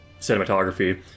cinematography